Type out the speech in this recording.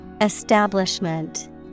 Establishment